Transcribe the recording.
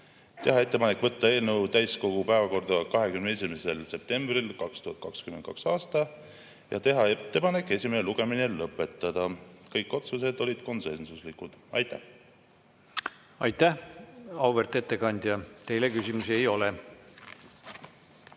teha ettepanek võtta eelnõu täiskogu päevakorda 21. septembril 2022. aastal ja teha ettepanek esimene lugemine lõpetada. Kõik otsused olid konsensuslikud. Aitäh! Aitäh, auväärt ettekandja! Teile küsimusi ei ole.